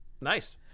Nice